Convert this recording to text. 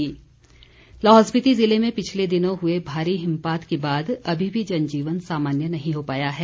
लाहौल मांग लाहौल स्पीति ज़िले में पिछले दिनों हुए भारी हिमपात के बाद अभी भी जनजीवन सामान्य नहीं हो पाया है